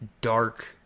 dark